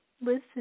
listen